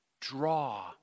Draw